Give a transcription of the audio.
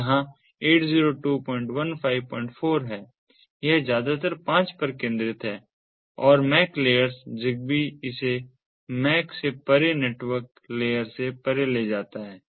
तो जहां 802154 है यह ज्यादातर 5 पर केंद्रित है और मैक लेयर्स ZigBee इसे मैक से परे नेटवर्क लेयर से परे ले जाता है